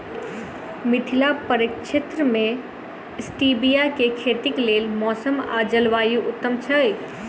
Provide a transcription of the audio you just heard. मिथिला प्रक्षेत्र मे स्टीबिया केँ खेतीक लेल मौसम आ जलवायु उत्तम छै?